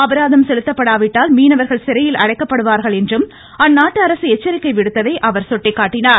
அபராதம் செலுத்தா விட்டால் மீனவர்கள் சிறையில் அடைக்கப்படுவார்கள் என்று அந்நாட்டு அரசு எச்சரிக்கை விடுத்ததையும் அவர் சுட்டிக்காட்டியுள்ளார்